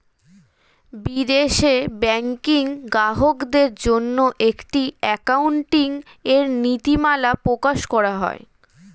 বিদেশে ব্যাংকিং গ্রাহকদের জন্য একটি অ্যাকাউন্টিং এর নীতিমালা প্রকাশ করা হয়